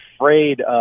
afraid